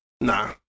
Nah